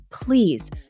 please